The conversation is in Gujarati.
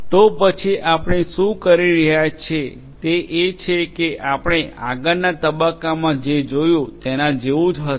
તો પછી આપણે શું કરી રહ્યા છીએ તે એ છે કે આપણે આગળના તબકકામાં જે જોયું તેના જેવું હશે